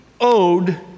owed